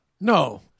No